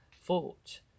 thought